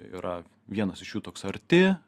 yra vienas iš jų toks arti